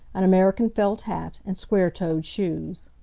an american felt hat and square-toed shoes.